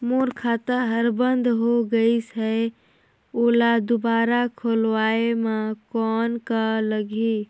मोर खाता हर बंद हो गाईस है ओला दुबारा खोलवाय म कौन का लगही?